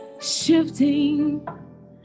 Shifting